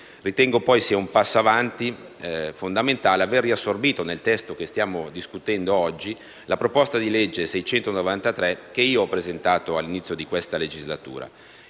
Ritengo, poi, sia un passo avanti fondamentale aver riassorbito nel testo che stiamo discutendo il disegno di legge n. 693 che io ho presentato all'inizio di questa legislatura.